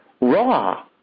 raw